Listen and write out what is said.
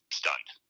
stunned